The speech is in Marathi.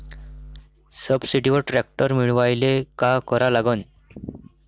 सबसिडीवर ट्रॅक्टर मिळवायले का करा लागन?